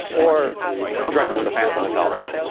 or directly to the fans themselves.